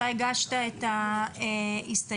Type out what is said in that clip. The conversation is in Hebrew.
אתה הגשת את ההסתייגות,